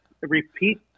Repeat